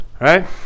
right